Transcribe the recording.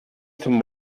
zum